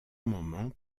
moment